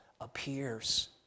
appears